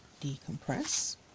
decompress